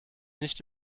nicht